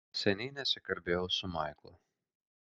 seniai nesikalbėjau su maiklu